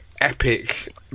epic